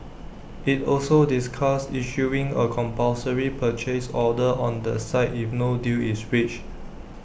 IT also discussed issuing A compulsory purchase order on the site if no deal is reached